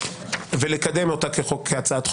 ולקדם אותה כהצעת חוק,